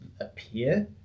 appear